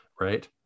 Right